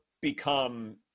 become